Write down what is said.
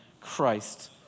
Christ